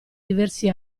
diversi